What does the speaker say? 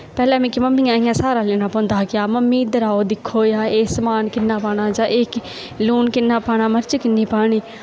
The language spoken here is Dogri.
पैह्लें मिकी इयां मम्मी दा स्हारा लैना पौंदा हा कि मम्मी इद्धर आओ दिक्खो एह् समान किन्ना पाना जां एह् लून किन्ना पाना मर्च किन्नी पानी